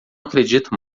acredito